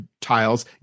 tiles